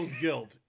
guilt